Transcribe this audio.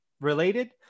related